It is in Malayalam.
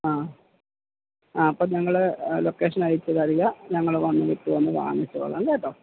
ആ ആ അപ്പം നിങ്ങള് ലൊക്കേഷന് അയച്ച് തരിക ഞങ്ങള് വന്ന് വിത്ത് വന്ന് വാങ്ങിച്ചോളാം കേട്ടോ